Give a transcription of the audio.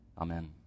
amen